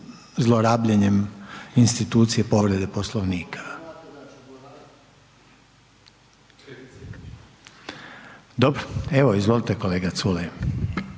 zlorabljenjem institucije povrede Poslovnika. Dobro, evo, izvolite kolega Culej.